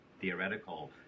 theoretical